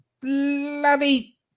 bloody